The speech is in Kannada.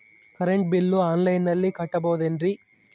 ಕರೆಂಟ್ ಬಿಲ್ಲು ಆನ್ಲೈನಿನಲ್ಲಿ ಕಟ್ಟಬಹುದು ಏನ್ರಿ?